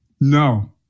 No